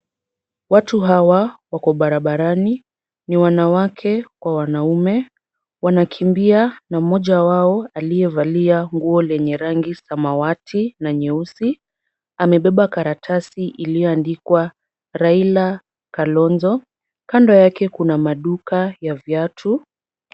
Watu hawa wako barabarani, ni wanawake kwa wanaume. Wanakimbia na mmoja wao aliyevalia nguo lenye rangi samawati na nyeusi, amebeba karatasi iliyoandikwa Raila, Kalonzo. Kando yake kuna maduka ya viatu.